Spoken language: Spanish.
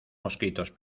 mosquitos